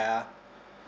uh